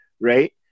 right